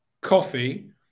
coffee